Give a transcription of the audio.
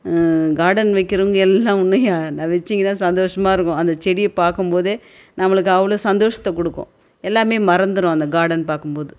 garden வைக்கிறவங்க எல்லாருமே நான் வெச்சிருக்கினா சந்தோஷமாக இருக்கும் அந்த செடியை பார்க்கும்போதே நம்மளுக்கு அவ்வளோ சந்தோஷத்தை கொடுக்கும் எல்லாம் மறந்துடும் அந்த கார்டன் பார்க்கும்போது